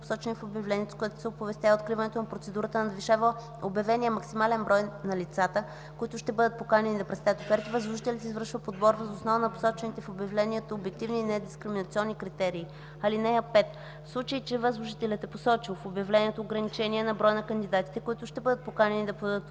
посочени в обявлението, с което се оповестява откриването на процедурата, надвишава обявения максимален брой на лицата, които ще бъдат поканени да представят оферти, възложителят извършва подбор въз основа на посочените в обявлението обективни и недискриминационни критерии. (5) В случай че възложителят е посочил в обявлението ограничение на броя на кандидатите, които ще бъдат поканени да подадат